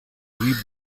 louis